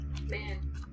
Man